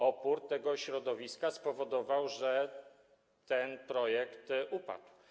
Opór tego środowiska spowodował, że ten projekt upadł.